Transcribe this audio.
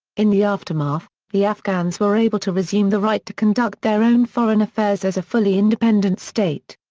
in the aftermath, the afghans were able to resume the right to conduct their own foreign affairs as a fully independent state.